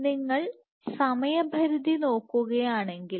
നിങ്ങൾ സമയപരിധി നോക്കുകയാണെങ്കിൽ